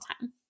time